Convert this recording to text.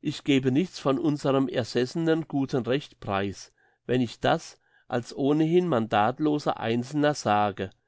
ich gebe nichts von unserem ersessenen guten recht preis wenn ich das als ohnehin mandatloser einzelner sage